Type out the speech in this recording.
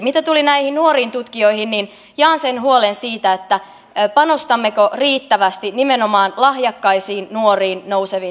mitä tuli näihin nuoriin tutkijoihin niin jaan sen huolen siitä panostammeko riittävästi nimenomaan lahjakkaisiin nuoriin nouseviin tutkijoihin